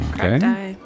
Okay